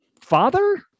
father